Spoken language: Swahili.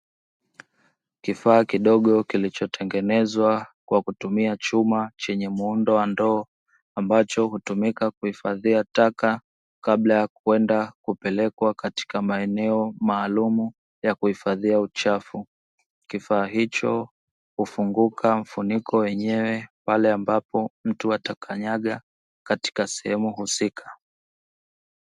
Kifaa kidogo kilichotengenezwa kwa kutumia chuma chenye muundo wa ndoo, ambacho hutumika kuhifadhia taka kabla ya kwenda kupelekwa katika maeneo maalumu ya kuhifadhia uchafu. Kifaa hicho hufunguka mfuniko wenyewe pale ambapo mtu atakanyaga katika sehemu husika.